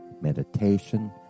meditation